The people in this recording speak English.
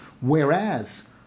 Whereas